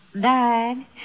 died